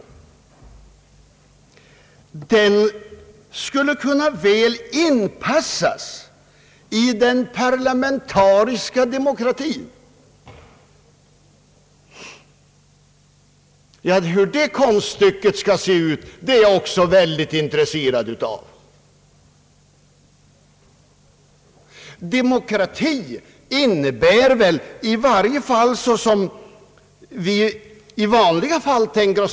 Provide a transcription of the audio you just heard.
Vidare säges att den torde kunna väl inpassas i den parlamentariska demokratin. Hur det konststycket skall se ut, är jag också mycket intresserad av. Demokrati innebär väl ett folkvälde.